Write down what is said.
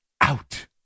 out